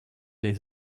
des